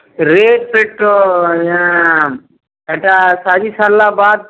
rate ଫେଟ୍ ଆଜ୍ଞା ଇଟା ଶାଢ଼ୀ ସାର୍ଲା ବାଦ୍